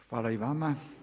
Hvala i vama.